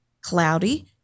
cloudy